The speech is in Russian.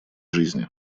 жизни